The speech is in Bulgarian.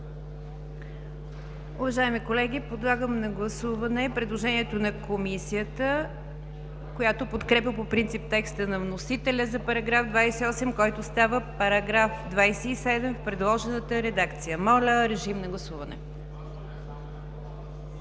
Уважаеми колеги, подлагам на гласуване предложението на Комисията, която подкрепя по принцип текста на вносителя за § 28, който става § 27, в предложената редакция. Моля, гласувайте